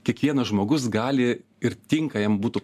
kiekvienas žmogus gali ir tinka jam būtų